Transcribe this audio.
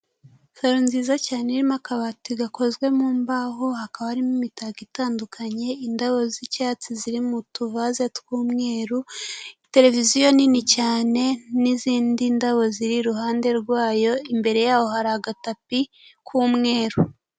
Ingofero nziza cyane irimo akabati gakozwe mu mbaho, hakaba harimo imitako itandukanye, indabo z'icyatsi ziri mu tuvaze tw'umweru, televiziyo nini cyane n'izindi ndabo ziri iruhande rwayo, imbere yaho hari agatapi k'umweru.